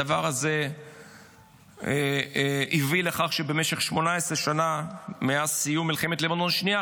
הדבר הזה הביא לכך שבמשך 18 שנה מאז סיום מלחמת לבנון השנייה,